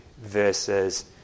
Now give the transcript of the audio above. versus